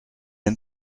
and